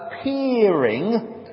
appearing